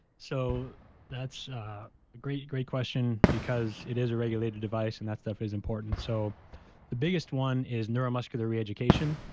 so that's a great, great question because it is a regulated device and that stuff is important. so the biggest one is neuromuscular reeducation.